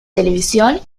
televisión